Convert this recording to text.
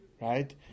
right